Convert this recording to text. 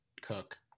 Cook